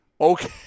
okay